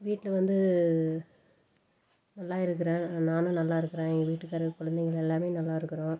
வீட்டில் வந்து நல்லா இருக்கிறேன் நானும் நல்லா இருக்கிறேன் எங்கள் வீட்டுக்கார் குழந்தைங்க எல்லாமே நல்லா இருக்கிறோம்